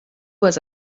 was